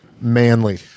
manly